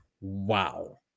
wow